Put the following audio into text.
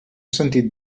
sentit